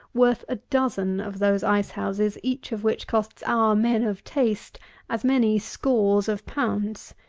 worth a dozen of those ice-houses each of which costs our men of taste as many scores of pounds.